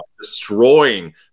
destroying